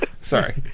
Sorry